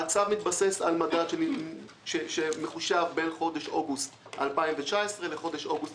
הצו מתבסס על מדד שמחושב בין חודש אוגוסט 2019 לחודש אוגוסט